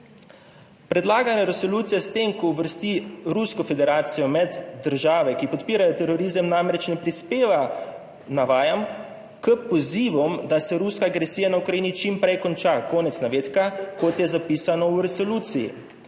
predlagana resolucija s tem, ko uvrsti Rusko federacijo med države, ki podpirajo terorizem, namreč ne prispeva, navajam, »k pozivom, da se ruska agresija na Ukrajini čim prej konča«, konec navedka, kot je zapisano v resoluciji.